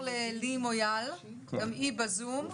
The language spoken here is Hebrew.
אני רוצה לעבור ללי מויאל שנמצאת אתנו ב-זום,